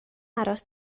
aros